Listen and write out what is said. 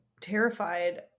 terrified